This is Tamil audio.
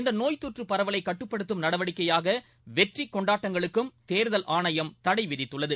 இந்த நோய் தொற்றுப் பரவலை கட்டுப்படுத்தும் நடவடிக்கையாக வெற்றி கொண்டாட்டங்களுக்கும் தேர்தல் ஆணையம் தடை விதித்துள்ளது